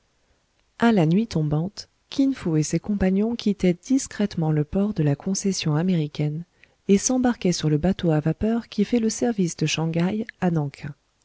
a la nuit tombante kin fo et ses compagnons quittaient discrètement le port de la concession américaine et s'embarquaient sur le bateau à vapeur qui fait le service de shang haï à